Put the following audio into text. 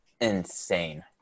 insane